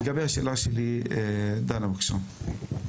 לגבי השאלה שלי, דנה, בבקשה.